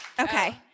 Okay